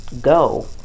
go